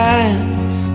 eyes